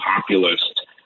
populist